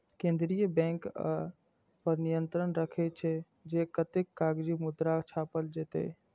केंद्रीय बैंक अय पर नियंत्रण राखै छै, जे कतेक कागजी मुद्रा छापल जेतै